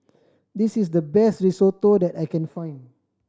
this is the best Risotto that I can find